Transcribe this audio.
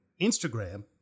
Instagram